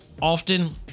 often